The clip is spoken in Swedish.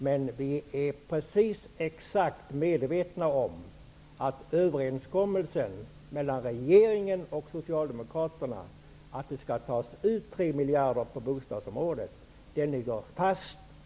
Men vi är helt medvetna om att överenskommelsen mellan regeringen och Socialdemokraterna, att det skall tas ut 3 miljarder på bostadsområdet, ligger fast.